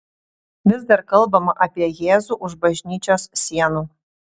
vis dar kalbama apie jėzų už bažnyčios sienų